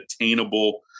attainable